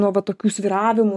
nuo va tokių svyravimų